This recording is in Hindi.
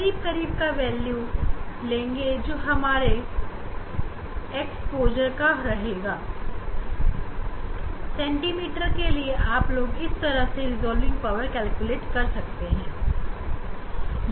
क्योंकि हमने देखा कि प्रकाश का संसर्ग केवल 1 सेंटीमीटर है और अब यहां से हम रिजॉल्विंग पावर की गणना भी करेंगे